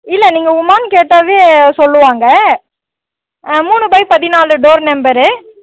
இல்லை நீங்கள் உமான்னு கேட்டாவே சொல்லுவாங்க மூணு பை பதினாலு டோர் நம்பரு